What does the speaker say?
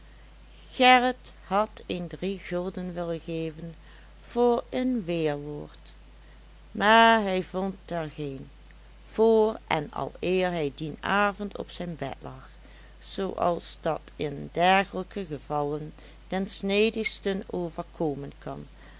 gerrit had een driegulden willen geven voor een weerwoord maar hij vond er geen voor en aleer hij dien avond op zijn bed lag zooals dat in dergelijke gevallen den snedigsten overkomen kan